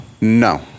No